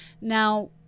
now